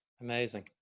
Amazing